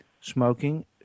smoking